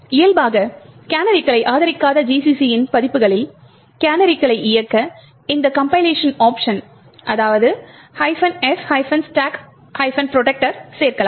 இயல்பாக கேனரிகளை ஆதரிக்காத GCCயின் பதிப்புகளில் கேனரிகளை இயக்க இந்த compilation option f stack protector சேர்க்கலாம்